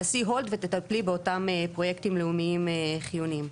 תעשי "הולד" ותטפלי באותם פרויקטים לאומיים חיוניים.